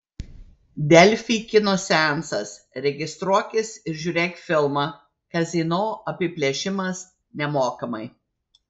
delfi kino seansas registruokis ir žiūrėk filmą kazino apiplėšimas nemokamai